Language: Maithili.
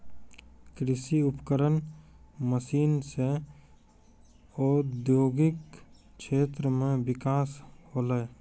कृषि उपकरण मसीन सें औद्योगिक क्षेत्र म बिकास होलय